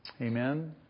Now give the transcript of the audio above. Amen